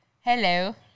Hello